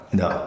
no